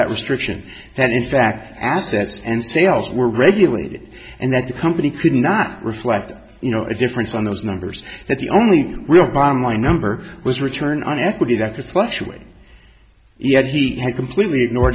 that restriction that in fact assets and sales were regulated and that the company could not reflect you know a difference on those numbers that the only real bottom line number was return on equity that could fluctuate yet he completely ignor